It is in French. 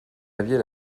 aviez